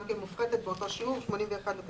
גם כן מופחתת באותו שיעור 81.5%